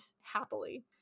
happily